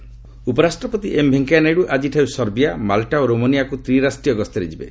VP visit ଉପରାଷ୍ଟ୍ରପତି M Venkaiah Naidu ଆଜିଠାରୁ Serbia Malta ଓ ରୋମାନିଆକୁ ତ୍ରିରାଷ୍ଟ୍ରୀୟ ଗସ୍ତରେ ଯିବେ